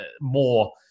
more